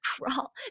Crawl